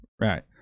Right